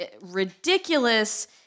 ridiculous